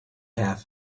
half